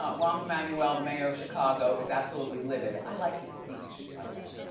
ah rahm emanuel, the mayor of chicago is absolutely livid. i liked his speech, by the way.